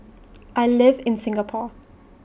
I live in Singapore